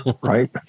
right